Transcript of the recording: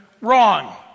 wrong